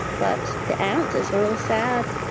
but the ant is real sad.